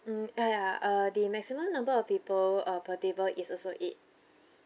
mm ya ya uh the maximum number of people uh per table is also eight